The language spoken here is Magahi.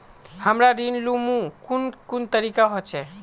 हमरा ऋण लुमू कुन कुन तरीका होचे?